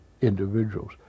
individuals